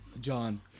John